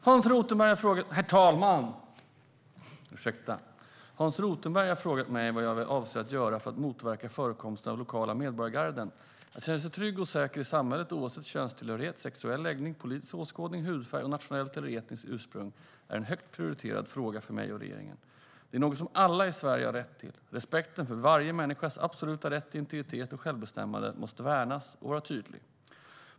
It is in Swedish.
Herr talman! Hans Rothenberg har frågat mig vad jag avser att göra för att motverka förekomsten av lokala medborgargarden. Att känna sig trygg och säker i samhället oavsett könstillhörighet, sexuell läggning, politisk åskådning, hudfärg och nationellt eller etniskt ursprung är en högt prioriterad fråga för mig och regeringen. Det är något som alla i Sverige har rätt till. Respekten för varje människas absoluta rätt till integritet och självbestämmande måste värnas och vara tydlig.